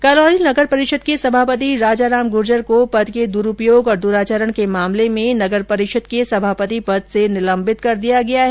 करौली नगर परिषद के सभापति राजा राम गुर्जर को पद के दुरूपयोग और दुराचरण के मामले में नगर परिषद के सभापति पद से निलम्बित कर दिया गया है